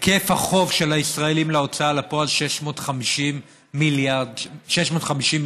היקף החוב של הישראלים להוצאה לפועל: 650 מיליון שקל.